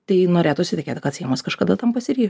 tai norėtųsi tikėti kad seimas kažkada tam pasiryž